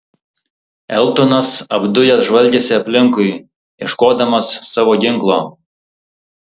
eltonas apdujęs žvalgėsi aplinkui ieškodamas savo ginklo